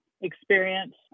experience